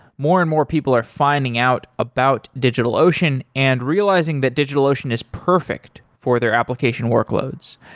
more and more people are finding out about digitalocean and realizing that digitalocean is perfect for their application workloads.